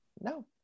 No